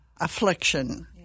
affliction